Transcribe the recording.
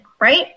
Right